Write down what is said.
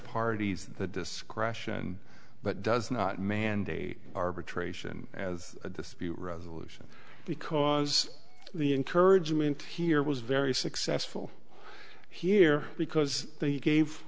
parties that discretion but does not mandate arbitration as a dispute resolution because the encouragement here was very successful here because they gave